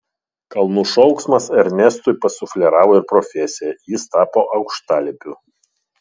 kalnų šauksmas ernestui pasufleravo ir profesiją jis dirbo aukštalipiu